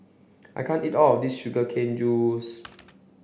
I can't eat all of this sugar cane juice